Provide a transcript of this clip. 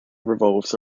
revolves